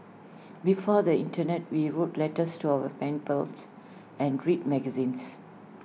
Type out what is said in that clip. before the Internet we wrote letters to our pen pals and read magazines